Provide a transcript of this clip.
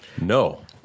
No